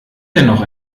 dennoch